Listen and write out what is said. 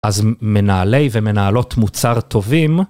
אז מנהלי ומנהלות מוצר טובים.